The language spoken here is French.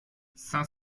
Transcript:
cinq